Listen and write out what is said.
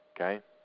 Okay